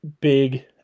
big